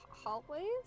hallways